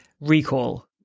recall